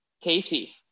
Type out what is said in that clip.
casey